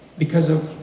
because of.